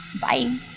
Bye